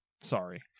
Sorry